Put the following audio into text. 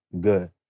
Good